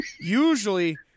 usually